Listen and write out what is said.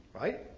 right